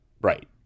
right